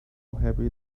happy